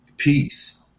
Peace